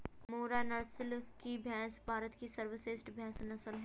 मुर्रा नस्ल की भैंस भारत की सर्वश्रेष्ठ भैंस नस्ल है